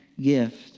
gift